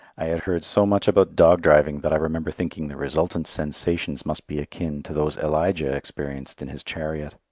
i had heard so much about dog driving that i remember thinking the resultant sensations must be akin to those elijah experienced in his chariot.